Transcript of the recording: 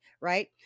right